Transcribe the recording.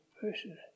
person